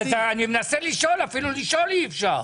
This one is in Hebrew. אני מנסה לשאול אבל אפילו לשאול אי אפשר.